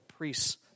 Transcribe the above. priests